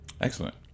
excellent